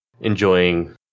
enjoying